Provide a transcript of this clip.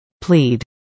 Plead